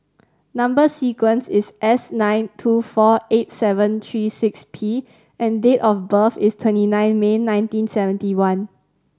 number sequence is S nine two four eight seven three six P and date of birth is twenty nine May nineteen seventy one